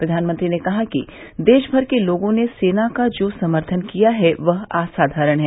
प्रधानमंत्री ने कहा कि देशभर के लोगों ने सेना का जो समर्थन किया वह असाधारण है